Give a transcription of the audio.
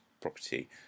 property